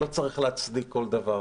לא צריך להצדיק פה כל דבר.